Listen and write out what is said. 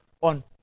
on